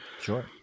Sure